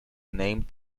named